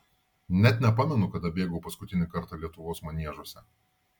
net nepamenu kada bėgau paskutinį kartą lietuvos maniežuose